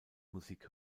musik